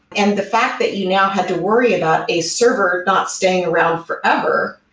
and the fact that you now have to worry about a server not staying around forever,